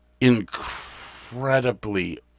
incredibly